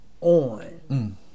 on